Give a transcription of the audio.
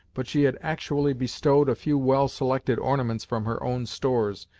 but she had actually bestowed a few well selected ornaments from her own stores,